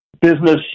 business